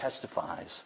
testifies